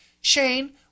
Shane